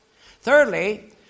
Thirdly